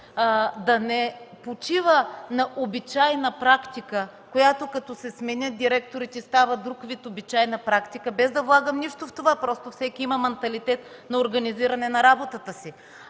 да не почива на обичайна практика, при която като се сменят директорите става друг вид обичайна практика – без да влагам нищо в това, просто всеки има манталитет на организиране на работата си,